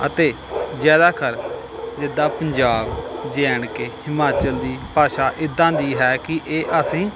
ਅਤੇ ਜ਼ਿਆਦਾਤਰ ਜਿੱਦਾਂ ਪੰਜਾਬ ਜੇ ਐਂਡ ਕੇ ਹਿਮਾਚਲ ਦੀ ਭਾਸ਼ਾ ਇੱਦਾਂ ਦੀ ਹੈ ਕਿ ਇਹ ਅਸੀਂ